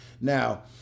now